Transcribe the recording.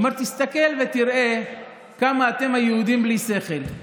הוא אומר: תסתכל ותראה כמה אתם, היהודים, בלי שכל.